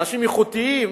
אנשים איכותיים,